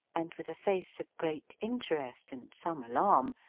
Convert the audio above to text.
and with a face of great interest and some alarm,